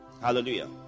Hallelujah